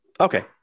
Okay